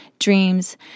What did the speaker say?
dreams